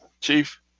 Chief